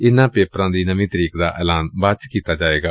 ਇਸ ਪੇਪਰ ਦੀ ਨਵੀਂ ਤਰੀਕ ਦਾ ਐਲਾਨ ਬਾਅਦ ਚ ਕੀਤਾ ਜਾਏਗਾ